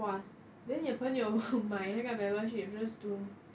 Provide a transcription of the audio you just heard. !wah! then your 朋友买那个 membership just to